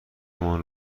مان